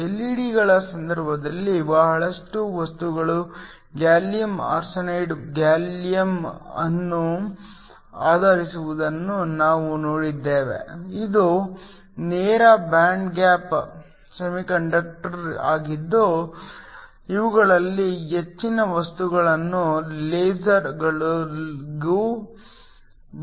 ಎಲ್ಇಡಿಗಳ ಸಂದರ್ಭದಲ್ಲಿ ಬಹಳಷ್ಟು ವಸ್ತುಗಳು ಗ್ಯಾಲಿಯಮ್ ಆರ್ಸೆನೈಡ್ ಅನ್ನು ಆಧರಿಸಿರುವುದನ್ನು ನಾವು ನೋಡಿದ್ದೇವೆ ಇದು ನೇರ ಬ್ಯಾಂಡ್ ಗ್ಯಾಪ್ ಸೆಮಿಕಂಡಕ್ಟರ್ ಆಗಿದ್ದು ಇವುಗಳಲ್ಲಿ ಹೆಚ್ಚಿನ ವಸ್ತುಗಳನ್ನು ಲೇಸರ್ಗಳಿಗೂ ಬಳಸಬಹುದು